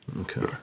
Okay